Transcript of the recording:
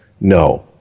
No